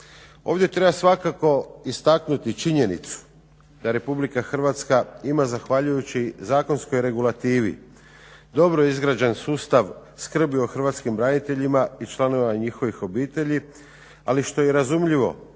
Ovdje treba svakako istaknuti činjenicu da RH ima zahvaljujući zakonskoj regulativi dobro izgrađen sustav skrbi o hrvatskim braniteljima i članovima njihovih obitelji, ali što je i razumljivo